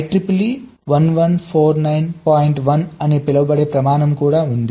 1 అని పిలువబడే ప్రమాణం కూడా ఉంది